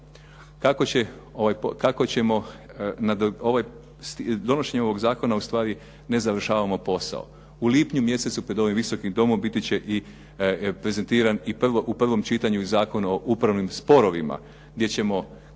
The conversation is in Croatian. i građana. Donošenjem ovog zakona ustvari ne završavamo posao. U lipnju mjesecu pred ovim Visokim domom biti će i prezentiran u prvom čitanju Zakon o upravnim sporovima gdje ćemo, koji